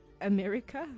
America